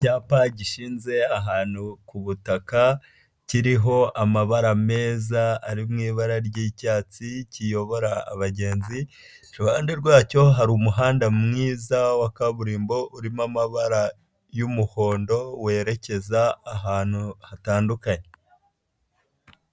Icyapa gishyize ahantu ku butaka kiriho amabara meza ari mu ibara ry'icyatsi kiyobora abagenzi, iruhande rwacyo hari umuhanda mwiza wa kaburimbo urimo amabara y'umuhondo werekeza ahantu hatandukanye.